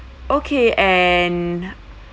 okay and